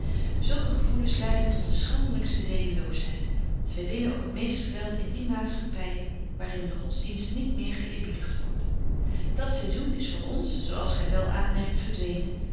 zulke gevoelens leiden tot de schandelykste zedeloosheid zy winnen ook het meeste veld in die maatschappyen waar in de godsdienst niet meer geeerbiedigt wordt dat saisoen is voor ons zo als gy wel aanmerkt verdwenen